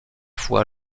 fois